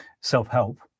self-help